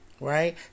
Right